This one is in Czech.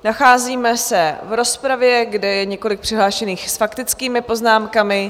Nacházíme se v rozpravě, kde je několik přihlášených s faktickými poznámkami.